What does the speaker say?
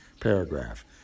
Paragraph